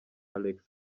alex